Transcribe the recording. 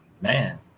Man